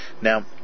Now